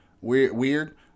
weird